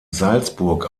salzburg